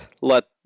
let